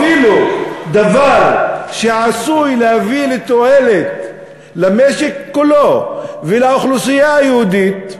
אפילו דבר שעשוי להביא לתועלת למשק כולו ולאוכלוסייה היהודית,